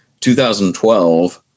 2012